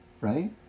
Right